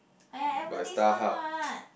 !aiya! ever this month what